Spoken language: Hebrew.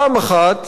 ראשית,